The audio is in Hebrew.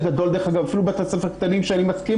אפילו בתי ספר קטנים ואני מסכים